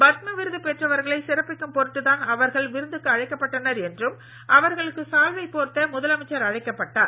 பத்ம விருது பெற்றவர்களை சிறப்பிக்கும் பொருட்டு தான் அவர்கள் விருந்துக்கு அழைக்கப்பட்டனர் என்றும் அவர்களுக்கு சால்வை போர்த்த முதலமைச்சர் அழைக்கப்பட்டார்